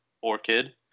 Orchid